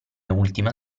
ultima